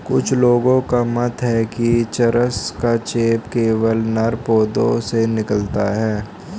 कुछ लोगों का मत है कि चरस का चेप केवल नर पौधों से निकलता है